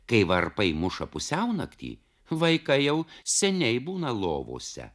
kai varpai muša pusiaunaktį vaikai jau seniai būna lovose